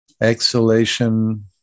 exhalation